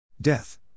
Death